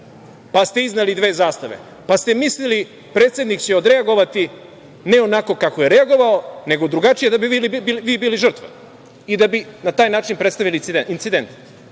pa ste izneli dve zastave, pa ste mislili predsednik će odreagovati, ali ne onako kako je odreagovao, nego drugačije, da bi vi bili žrtva i da bi na taj način predstavili incident. Pošto